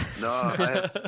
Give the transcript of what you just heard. no